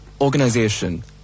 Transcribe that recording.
organization